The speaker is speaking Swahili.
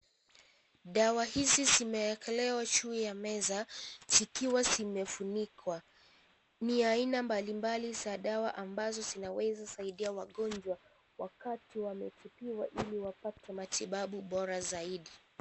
Dawa hizi zimewekelewa juu ya meza zikiwa zimefunikwa. Ni aina mbalimbali za dawa ambazo zinaweza saidia wagonjwa wakati wametibiwa ili wapate matibabu bora zaidi.